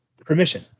permission